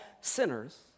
sinners